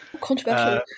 Controversial